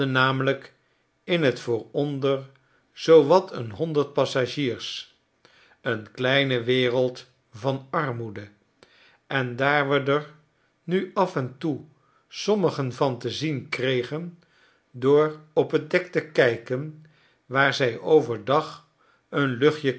namelijk in t vooronder zoowat een honderd passagiers een kleine wereld van armoede en daar we r nu af en toe sommigen van te zien kregen door op het dek te ktjken waar zij over dag een luchtje